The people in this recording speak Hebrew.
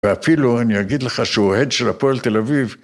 ואפילו אני אגיד לך שהוא אוהד של הפועל תל אביב.